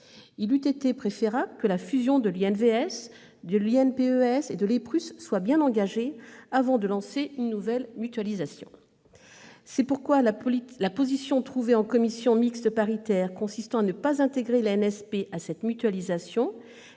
Il eût été préférable que la fusion de l'InVS, de l'INPES et de l'EPRUS soit bien engagée avant de lancer une nouvelle mutualisation. C'est pourquoi la solution trouvée en commission mixte paritaire, consistant à ne pas inclure l'ANSP dans le champ de cette mutualisation,